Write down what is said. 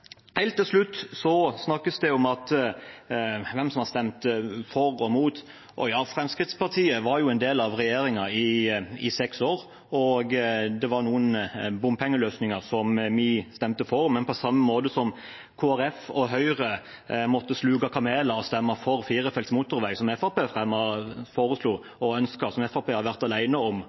Helt til slutt: Det snakkes om hvem som har stemt for og mot. Fremskrittspartiet var en del av regjeringen i seks år, og det var noen bompengeløsninger vi stemte for, men på samme måte som Kristelig Folkeparti og Høyre måtte sluke kameler og stemme for firefelts motorvei, som Fremskrittspartiet foreslo og ønsket, og som Fremskrittspartiet har vært alene om